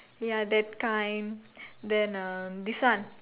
ya that kind then uh this one